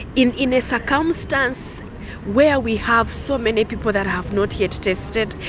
in in a circumstance where we have so many people that have not yet tested,